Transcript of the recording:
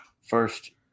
first